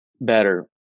better